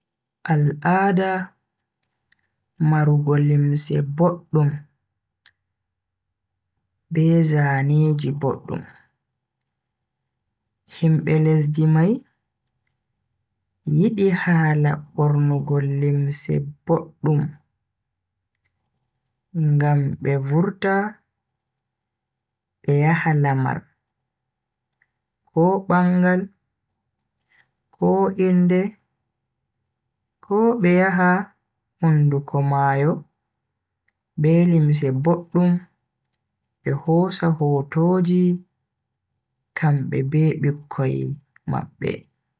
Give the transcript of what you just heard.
Al'ada marugo limse boddum, be zaneji boddum. Himbe lesdi mai yidi hala bornugo limse boddum ngam be vurta be yaha lamar, ko bangal, ko inde ko be yaha hunduko mayo be limse boddum be hosa hotiji kambe be bikkoi mabbe.